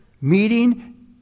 Meeting